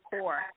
core